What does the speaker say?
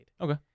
Okay